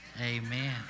Amen